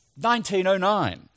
1909